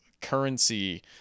currency